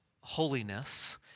holiness